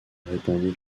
répondit